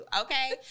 okay